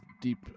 Deep